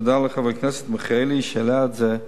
תודה לחבר הכנסת מיכאלי שהעלה את זה.